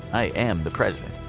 i am the president.